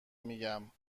میگم